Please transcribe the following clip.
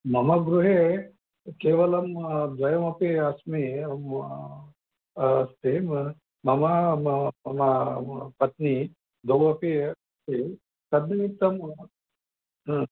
मम गृहे केवलं द्वयमपि अस्मि अस्ति मम मम पत्नी द्वौ अपि अस्ति तद् निमित्तं